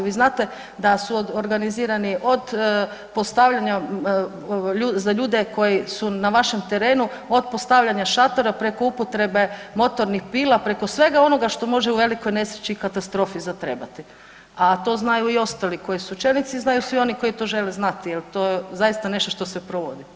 Vi znate da su organizirani od postavljanja, za ljude koji su na vašem terenu, od postavljanja šatora preko upotrebe motornih pila, preko svega onoga što može u velikoj nesreći i katastrofi zatrebati, a to znaju i ostali koji su čelnici i znaju svi oni koji to žele znati jel to je zaista nešto što se provodi.